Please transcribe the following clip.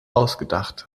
ausgedacht